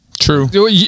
True